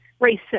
racist